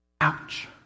Ouch